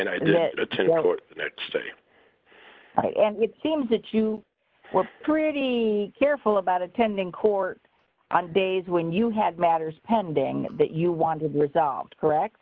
today and it seems that you were pretty careful about attending court on days when you had matters pending that you wanted resolved correct